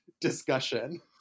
discussion